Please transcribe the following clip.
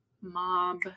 mob